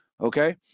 Okay